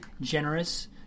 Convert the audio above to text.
generous